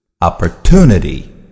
Opportunity